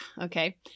Okay